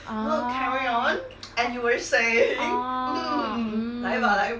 a'ah ha orh mm